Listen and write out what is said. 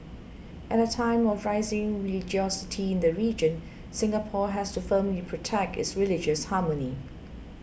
at a time of rising religiosity in the region Singapore has to firmly protect its religious harmony